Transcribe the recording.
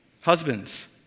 Husbands